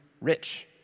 rich